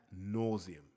nauseum